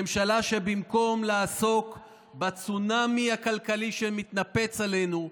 ממשלה שבמקום לעסוק בצונאמי הכלכלי שמתנפץ עלינו,